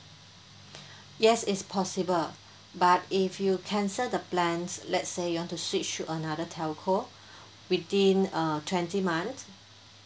yes it's possible but if you cancel the plans let's say you want to switch to another telco within uh twenty month